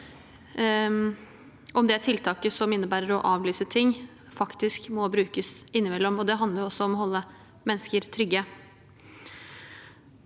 om det tiltaket som innebærer å avlyse arrangementer, faktisk må brukes innimellom. Det handler også om å holde mennesker trygge.